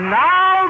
now